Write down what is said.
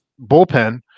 bullpen